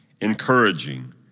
encouraging